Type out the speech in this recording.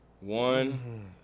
One